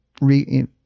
re